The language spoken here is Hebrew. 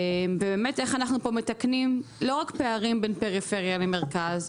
ובאמת איך אנחנו פה מתקנים לא רק פערים בין פריפריה למרכז,